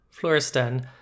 Floristan